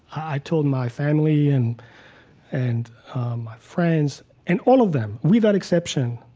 i told my family, and and my friends. and all of them, without exception,